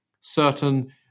certain